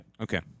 Okay